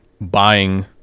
buying